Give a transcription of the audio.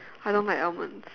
I don't like almonds